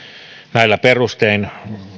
näillä perustein